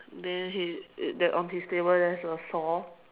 then he the on his table there is a saw